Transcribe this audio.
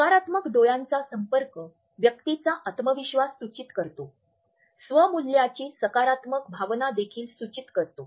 सकारात्मक डोळ्यांचा संपर्क व्यक्तीचा आत्मविश्वास सूचित करतो स्व मूल्याची सकारात्मक भावना देखील सूचित करतो